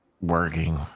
working